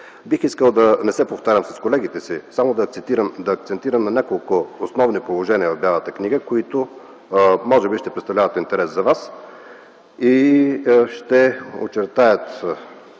Бих искал да не се повтарям с колегите, а само да акцентирам на няколко основни положения в Бялата книга, които, може би, ще представляват интерес за вас и ще очертаят